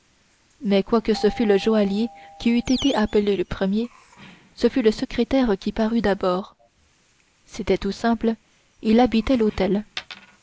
mais quoique ce fût le joaillier qui eût été appelé le premier ce fut le secrétaire qui parut d'abord c'était tout simple il habitait l'hôtel